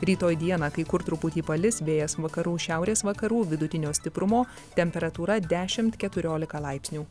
rytoj dieną kai kur truputį palis vėjas vakarų šiaurės vakarų vidutinio stiprumo temperatūra dešimt keturiolika laipsnių